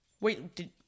wait